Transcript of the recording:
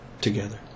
together